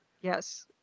Yes